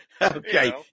Okay